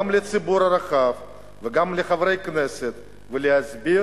לציבור הרחב וגם לחברי הכנסת ולהסביר